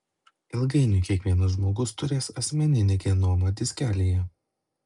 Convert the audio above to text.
ilgainiui kiekvienas žmogus turės asmeninį genomą diskelyje